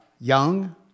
young